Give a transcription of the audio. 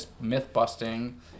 myth-busting